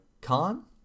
Khan